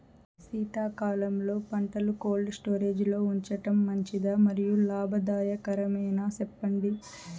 శీతాకాలంలో పంటలు cold storage లో ఉంచడం మంచిదా? మరియు లాభదాయకమేనా, సెప్పండి